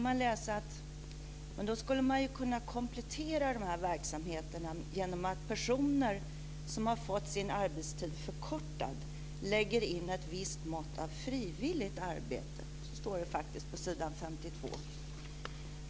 Men då skulle man kunna komplettera dessa verksamheter genom att de personer som har fått sin arbetstid förkortad lägger in ett visst mått av frivilligt arbete. Så står det faktiskt på s. 52.